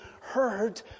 heard